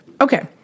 Okay